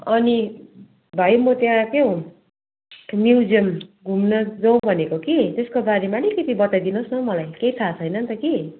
अनि भाइ म त्यहाँ के हौ म्युजियम घुम्न जाउँ भनेको कि त्यसको बारेमा अलिकति बताइदिनुहोस् न हौ मलाई केही थाह छैन नि त कि